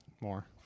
more